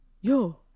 yo